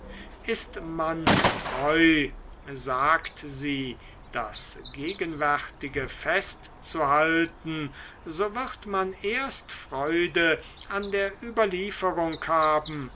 ist man treu sagt sie das gegenwärtige festzuhalten so wird man erst freude an der überlieferung haben